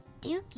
dookie